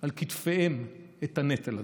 על כתפיהם את הנטל הזה.